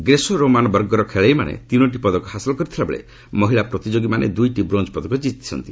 Greco Roman ବର୍ଗର ଖେଳାଳିମାନେ ତିନିଟି ପଦକ ହାସଲ କରିଥିବାବେଳେ ମହିଳା ପ୍ରତିଯୋଗିମାନେ ଦୁଇଟି ବ୍ରୋଞ୍ଜ ପଦକ ଜିତିଛନ୍ତି